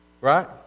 Right